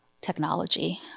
technology